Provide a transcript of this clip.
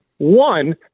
One